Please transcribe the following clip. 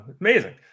Amazing